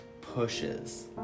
pushes